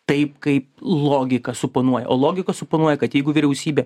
taip kaip logika suponuoja o logika suponuoja kad jeigu vyriausybė